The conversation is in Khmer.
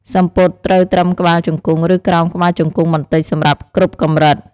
សំពត់ត្រូវត្រឹមក្បាលជង្គង់ ឬក្រោមក្បាលជង្គង់បន្តិច សម្រាប់គ្រប់កម្រិត។